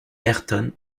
ayrton